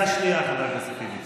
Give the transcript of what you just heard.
בירדן הוא שחט משפחה.